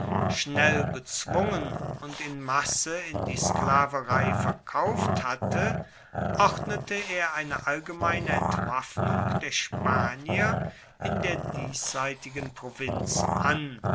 schnell bezwungen und in masse in die sklaverei verkauft hatte ordnete er eine allgemeine entwaffnung der spanier in der diesseitigen provinz an